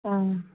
অঁ